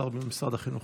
שר במשרד החינוך.